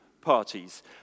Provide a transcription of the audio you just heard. parties